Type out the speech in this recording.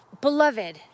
beloved